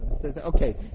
Okay